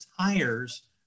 tires